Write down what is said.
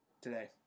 today